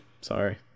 Sorry